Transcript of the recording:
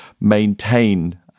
maintain